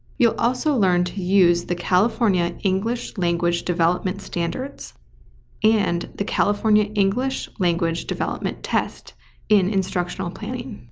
you also learn to use the california english language development standards and the california english language development test in instructional planning.